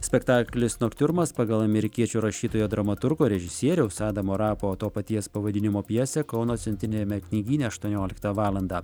spektaklis noktiurnas pagal amerikiečių rašytojo dramaturgo režisieriaus adamo rapo to paties pavadinimo pjesė kauno centriniame knygyne aštuonioliktą valandą